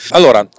Allora